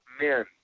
men